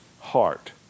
heart